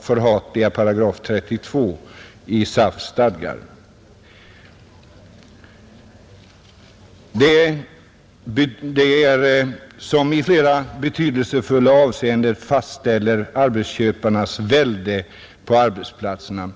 förhatliga § 32 i SAF:s stadgar, som i flera betydelsefulla avseenden fastställer arbetsköparnas envälde på arbetsplatserna.